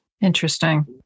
Interesting